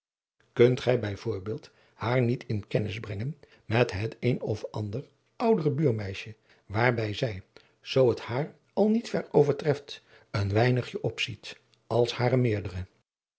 kunt gij bij voorbeeld haar niet in kennis brengen met het een of ander oudere buurmeisje waarbij zij zoo het haar al niet ver overtreft een weinigje op ziet als hare meerdere